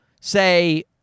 say